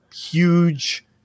huge